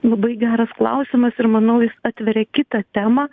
labai geras klausimas ir manau jis atveria kitą temą